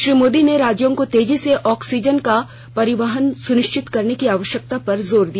श्री मोदी ने राज्यों को तेजी से ऑक्सीजन का परिवहन सुनिश्चित करने की आवश्यकता पर जोर दिया